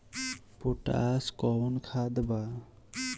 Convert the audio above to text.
Potash कोउन खाद बा?